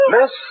Miss